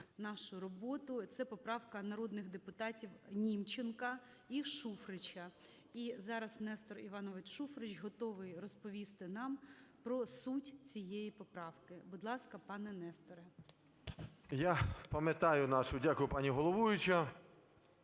нашу роботу. Це поправка народних депутатівНімченка і Шуфрича. І зараз Нестор Іванович Шуфрич готовий розповісти нам про суть цієї поправки. Будь ласка, пане Несторе. 12:34:32 ШУФРИЧ Н.І. Я пам'ятаю нашу... Дякую, пані головуюча.